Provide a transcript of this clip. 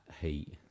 heat